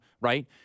right